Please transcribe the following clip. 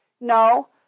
no